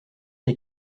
des